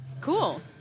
Cool